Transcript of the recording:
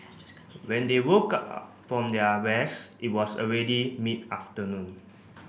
when they woke up from their rest it was already mid afternoon